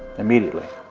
immediately.